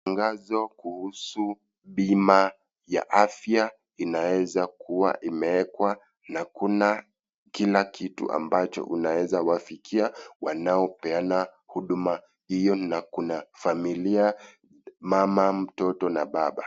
Tangazo kuhusu bima ya afya inaeza kuwa imeekwa na kuna kila kitu ambacho unaeza wafikia wanaopeana huduma hiyo na kuna familia mama , mtoto na baba.